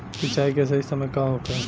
सिंचाई के सही समय का होखे?